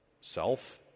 self